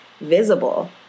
visible